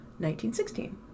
1916